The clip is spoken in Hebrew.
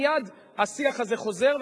מייד השיח הזה חוזר,